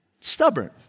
Stubborn